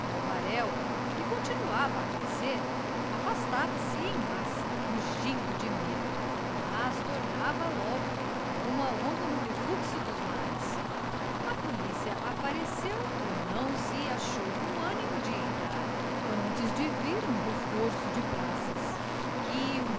povaréu que continuava a crescer afastava-se em massa rugindo de medo mas tornava logo como a onda no refluxo dos mares a polícia apareceu e não se achou com animo de entrar antes de vir um reforço de praças que um